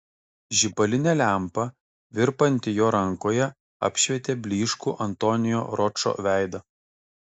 žibalinė lempa virpanti jo rankoje apšvietė blyškų antonio ročo veidą